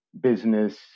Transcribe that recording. business